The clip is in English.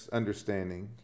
understanding